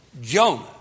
Jonah